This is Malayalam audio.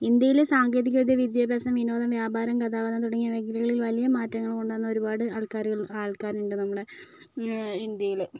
ഇന്ത്യയിലെ സാങ്കേതികവിദ്യ വിദ്യാഭ്യാസം വിനോദം വ്യാപാരം ഗതാഗതം തുടങ്ങിയ മേഖലകളിൽ വലിയ മാറ്റങ്ങൾ കൊണ്ട് വന്ന ഒരുപാട് ആൾക്കാരുകൾ ആൾക്കാരുണ്ട് നമ്മുടെ ഇന്ത്യയിൽ